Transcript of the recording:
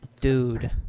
Dude